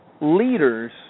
leaders